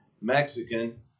Mexican